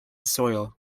soil